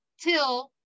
till